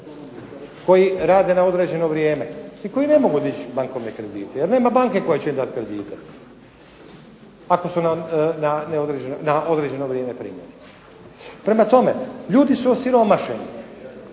koji rade na određeno vrijeme i koji ne mogu dići bankovne kredite jer nema banke koja će im dati kredite ako su na određeno vrijeme primljeni. Prema tome, ljudi su osiromašeni,